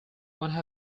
one